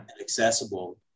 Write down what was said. accessible